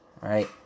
right